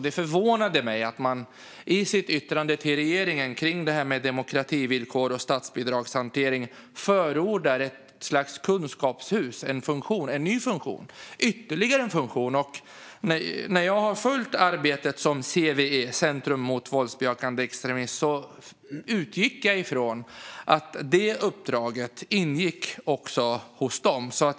Det förvånade mig att man i sitt yttrande till regeringen om detta med demokrativillkor och statsbidragshantering förordade ett slags kunskapshus. Detta skulle vara en ny funktion - ytterligare en funktion. När jag har följt arbetet som CVE, Center mot våldsbejakande extremism, har gjort har jag utgått från att detta uppdrag låg hos dem.